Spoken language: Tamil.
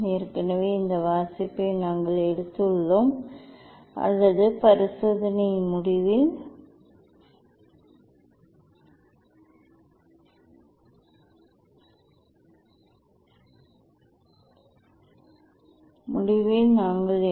ஏற்கனவே இந்த வாசிப்பை நாங்கள் எடுத்துள்ளோம் அல்லது பரிசோதனையின் முடிவில் நாங்கள் எடுப்போம்